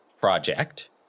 project